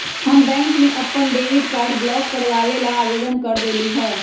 हम बैंक में अपन डेबिट कार्ड ब्लॉक करवावे ला आवेदन कर देली है